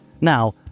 Now